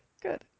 Good